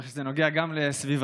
ככה שזה נוגע גם לסביבתי.